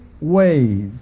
ways